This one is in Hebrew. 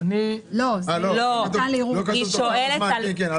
היא שואלת על